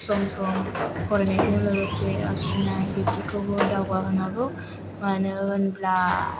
सम सम फरायनायजों लोगोसे आखिनाय बेफोरखौबो दावगाहोनांगौ मानो होनब्ला